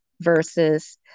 versus